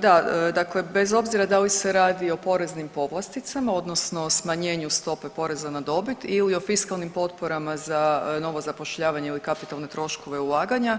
Da, dakle bez obzira da li se radi o poreznim povlasticama, odnosno smanjenju stope poreza na dobit ili o fiskalnim potporama za novo zapošljavanjem ili kapitalne troškove ulaganja,